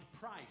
price